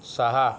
सहा